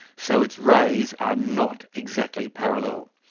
so its rays are not exactly parallel.